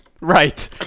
Right